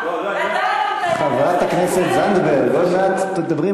שלך, חבר הכנסת ישי, סליחה.